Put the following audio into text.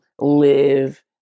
live